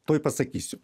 tuoj pasakysiu